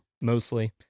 mostly